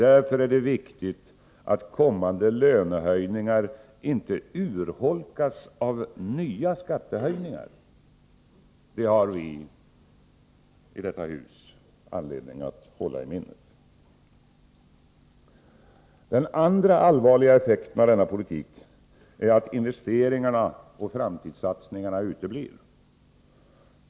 Därför är det viktigt att kommande lönehöjningar inte urholkas av nya skattehöjningar — det har vi i detta hus anledning att hålla i minnet. Den andra allvarliga effekten av denna politik är att investeringarna och framtidssatsningarna uteblir.